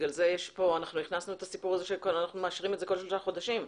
לכן אנחנו מאשרים את זה כל שלושה חודשים.